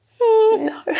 No